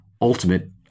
ultimate